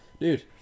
Dude